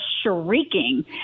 shrieking